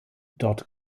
dort